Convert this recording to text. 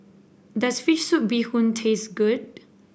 does fish soup Bee Hoon taste good